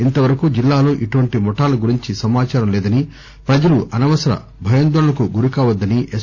ఇంత వరకు జిల్లాలో ఇటువంటి ముఠాల గురించి సమాచారం లేదని ప్రపజలు అనవసర భయాందోళనలకు గురికావద్దని ఎస్